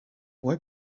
boy